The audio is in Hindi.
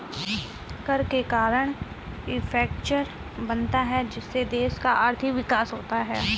कर के कारण है इंफ्रास्ट्रक्चर बनता है जिससे देश का आर्थिक विकास होता है